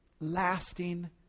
lasting